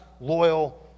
loyal